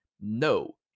no